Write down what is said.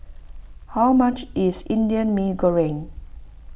how much is Indian Mee Goreng